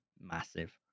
massive